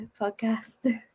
podcast